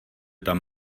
tam